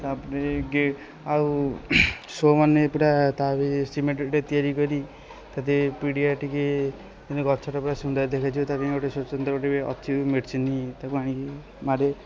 ତା' ପରେ ଗେ ଆଉ ସୋ ମାନେ ପୁରା ତା' ବି ସିମେଣ୍ଟ୍ଟେ ତିଆରି କରି ତା' ଦେହରେ ପିଡ଼ିଆ ଟିକିଏ ଯେମତି ଗଛଟା ପୁରା ସୁନ୍ଦର ଦେଖାଯିବ ତା' ପାଇଁ ଗୋଟେ ସ୍ୱତନ୍ତ୍ର ଗୋଟେ ଅଛି ବି ମେଡ଼ିସିନ୍ ତାକୁ ଆଣିକି ମାରେ